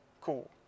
Cool